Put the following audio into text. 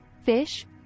fish